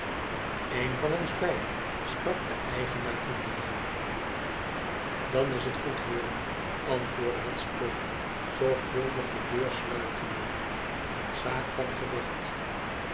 een van ons beiden sprak de eigenaar van dien naam idan is het goed heeren antwoordde het spook zorgvuldig de deur sluitende t'n zaak van gewicht